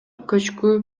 көчкү